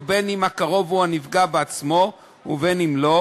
בין שהקרוב הוא הנפגע בעצמו ובין שלא.